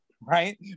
Right